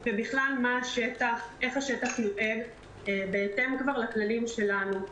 ובכלל איך השטח ניהל בהתאם לכללים שלנו.